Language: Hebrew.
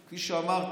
כפי שאמרתי,